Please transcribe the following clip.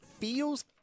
feels